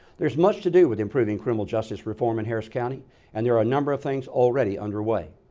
there's much to do with improving criminal justice reform in harris county and there are a number of things already underway.